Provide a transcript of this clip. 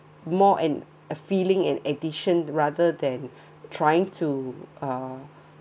more and a feeling in addition rather than trying to uh